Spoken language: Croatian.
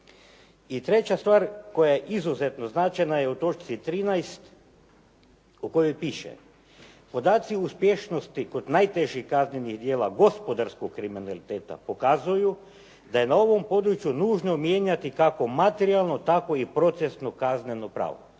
I treća stvar koja je izuzetno značajna je u točci 13. u kojoj piše: “Podaci uspješnosti kod najtežih kaznenih djela gospodarskog kriminaliteta pokazuju da je na ovom području nužno mijenjati kako materijalno tako i procesno kazneno pravo,